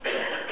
בעד, 11,